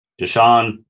Deshaun